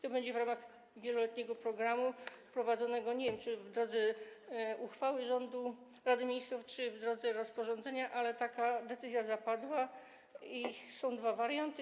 To będzie w ramach wieloletniego programu wprowadzone, nie wiem, czy w drodze uchwały rządu, Rady Ministrów, czy w drodze rozporządzenia, ale taka decyzja zapadła i są dwa warianty.